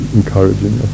encouraging